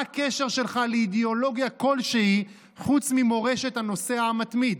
מה הקשר שלך לאידיאולוגיה כלשהי חוץ ממורשת הנוסע המתמיד?